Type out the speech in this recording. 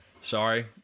sorry